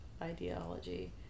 ideology